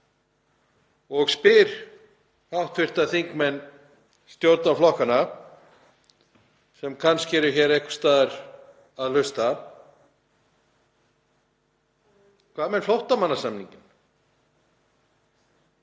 og spyr hv. þingmenn stjórnarflokkanna, sem kannski eru hér einhvers staðar að hlusta: Hvað með flóttamannasamninginn?